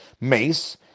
Mace